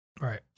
Right